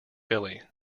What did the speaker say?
billy